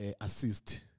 Assist